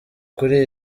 kuri